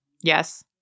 Yes